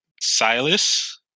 Silas